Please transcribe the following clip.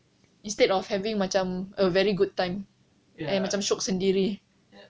instead of having macam a very good time and macam shiok sendiri